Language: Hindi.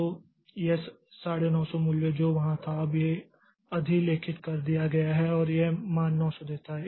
तो यह 950 मूल्य जो वहां था अब इसे अधिलेखित कर दिया गया है और यह मान 900 देता है